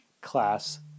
class